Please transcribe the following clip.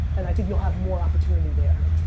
and i think you'll have more opportunity there.